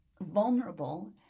vulnerable